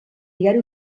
diari